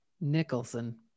Nicholson